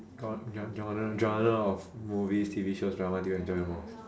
got your genre genre of movies T_V shows drama do you enjoy the most